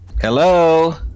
Hello